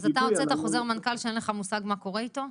אז אתה הוצאת חוזר מנכ"ל שאין לך מושג מה קורה איתו?